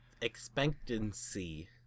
expectancy